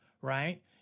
right